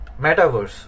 metaverse